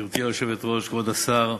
גברתי היושבת-ראש, כבוד השר,